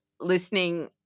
listening